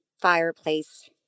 fireplace